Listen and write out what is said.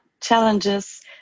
challenges –